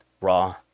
raw